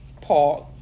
park